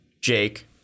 Jake